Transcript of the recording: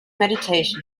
meditation